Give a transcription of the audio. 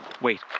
Wait